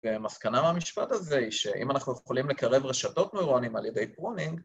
‫ומסקנה מהמשפט הזה היא שאם אנחנו ‫יכולים לקרב רשתות מוירונים על ידי פרונינג,